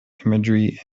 imagery